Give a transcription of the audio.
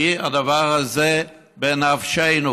כי הדבר הזה בנפשנו.